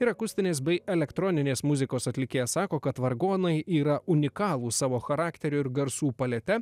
ir akustinės bei elektroninės muzikos atlikėja sako kad vargonai yra unikalūs savo charakteriu ir garsų palete